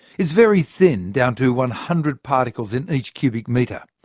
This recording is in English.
it's very thin down to one hundred particles in each cubic metre.